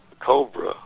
cobra